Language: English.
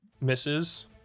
Misses